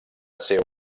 ser